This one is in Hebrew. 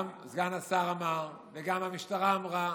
גם סגן השר וגם המשטרה אמרו,